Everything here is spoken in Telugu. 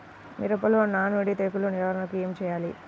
మిరపలో నానుడి తెగులు నివారణకు ఏమి చేయాలి?